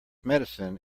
medicine